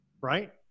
right